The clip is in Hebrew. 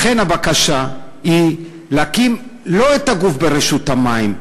לכן הבקשה היא לא להקים את הגוף ברשות המים,